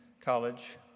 College